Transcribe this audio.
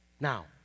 Now